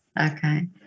Okay